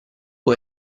può